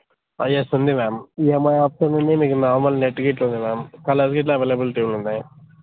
yes ఉంది ma'am EMI option ఉంది మీకు నార్మల్ నెట్ గిట్ల ఉంది మ్యామ్ అవన్నీఇట్లా అవైలబిలిటీ ఉన్నాయి మ్యామ్